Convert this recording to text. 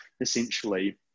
essentially